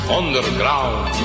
underground